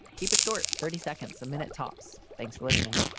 keep it short, thirty seconds a minute, tops. thanks for listening